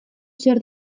zer